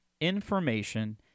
information